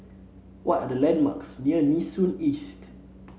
what are the landmarks near Nee Soon East